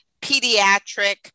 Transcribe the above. pediatric